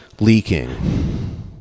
leaking